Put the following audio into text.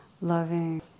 loving